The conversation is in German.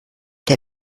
der